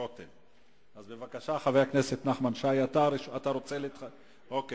הכנסת, אנחנו עוברים להצעות לסדר-היום.